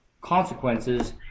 consequences